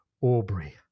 Aubrey